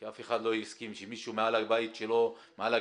כי אף אחד לא יסכים שמעל הגג שלו יהיה